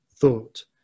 thought